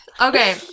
Okay